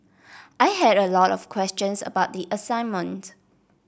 I had a lot of questions about the assignment